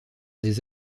des